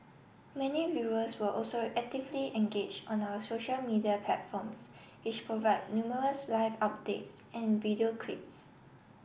many viewers were also actively engage on our social media platforms which provide numerous live updates and video clips